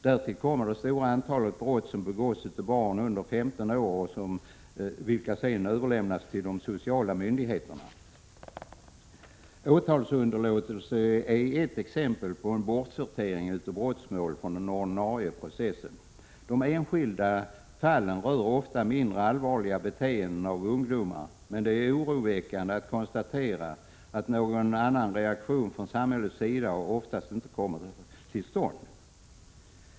Därtill kommer det stora antal brott som begås av barn under 15 år, vilka sedan överlämnas till de sociala myndigheterna. Åtalsunderlåtelse är ett exempel på en bortsortering av brottmål från den ordinarie processen. De enskilda fallen rör ofta mindre allvarliga beteenden av ungdomar, men det är oroväckande att behöva konstatera att någon annan reaktion från samhällets sida oftast inte kommer till stånd.